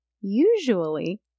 Usually